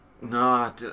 No